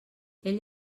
ell